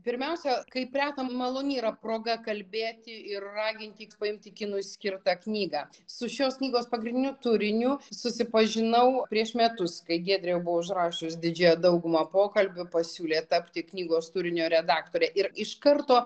pirmiausia kaip reta maloni yra proga kalbėti ir raginti paimti kinui skirtą knygą su šios knygos pagrindiniu turiniu susipažinau prieš metus kai giedrė jau buvo užrašius didžiąją daugumą pokalbių pasiūlė tapti knygos turinio redaktore ir iš karto